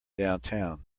downtown